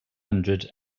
hundred